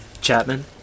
Chapman